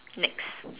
next